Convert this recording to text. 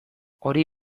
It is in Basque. hori